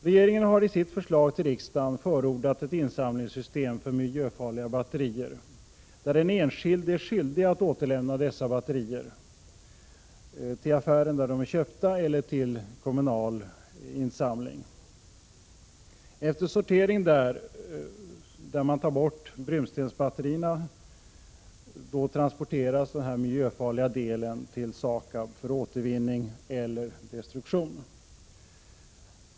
Regeringen har i sitt förslag till riksdagen förordat ett insamlingssystem för miljöfarliga batterier där den enskilde är skyldig att återlämna dessa batterier till affären där de är köpta eller till kommunal insamling. Efter sortering — där man tar bort brunstensbatterierna — transporteras den miljöfarliga delen till SAKAB för återvinning eller till destruktion.